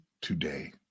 today